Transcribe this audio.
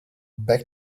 back